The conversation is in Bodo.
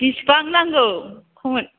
बिसिबां नांगौ खमाय